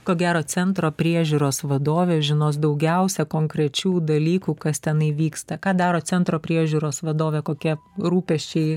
ko gero centro priežiūros vadovė žinos daugiausia konkrečių dalykų kas tenai vyksta ką daro centro priežiūros vadovė kokie rūpesčiai